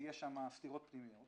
יש שם סתירות פנימיות.